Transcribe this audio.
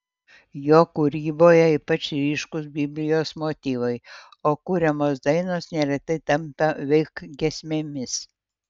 jo kūryboje ypač ryškūs biblijos motyvai o kuriamos dainos neretai tampa veik giesmėmis